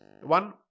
One